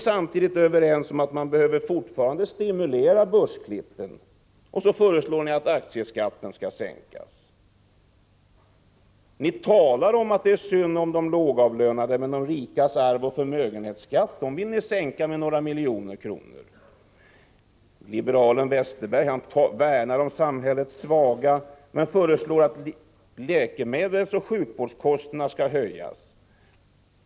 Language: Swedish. Samtidigt är ni överens om att man fortfarande skall stimulera börsklippen och sänka aktieskatten. Ni talar om att det är synd om de lågavlönade, men de rikas arvsoch förmögenhetsskatt vill ni sänka med några miljoner kronor. Liberalen Westerberg värnar om samhällets svaga, men föreslår att läkemedelspriser och sjukvårdsavgifter skall höjas.